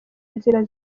inzira